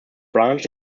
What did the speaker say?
branched